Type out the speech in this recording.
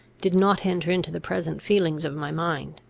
did not enter into the present feelings of my mind.